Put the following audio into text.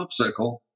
Popsicle